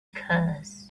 curse